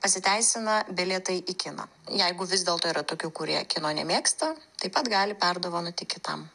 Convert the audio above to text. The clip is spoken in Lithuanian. pasiteisina bilietai į kiną jeigu vis dėlto yra tokių kurie kino nemėgsta taip pat gali perdovanoti kitam